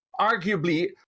arguably